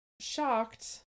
shocked